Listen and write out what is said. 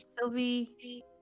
sylvie